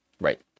Right